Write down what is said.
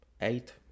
eight